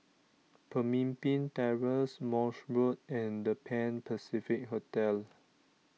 Pemimpin Terrace Morse Road and the Pan Pacific Hotel